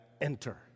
Enter